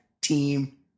team